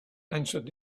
answered